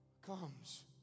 comes